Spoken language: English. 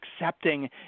accepting